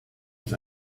ist